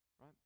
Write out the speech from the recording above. Right